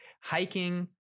hiking